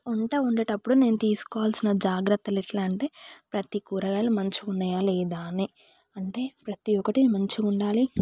వంట వండేటప్పుడు నేను తీసుకోవాల్సిన జాగ్రత్తలు ఎట్లా అంటే ప్రతి కూరగాయలు మంచిగా ఉన్నాయా లేదా అని అంటే ప్రతి ఒక్కటి మంచిగా ఉండాలి